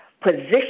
position